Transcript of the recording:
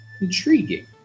Intriguing